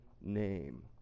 name